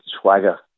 swagger